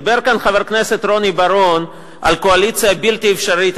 דיבר כאן חבר הכנסת רוני בר-און על קואליציה בלתי אפשרית,